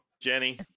Jenny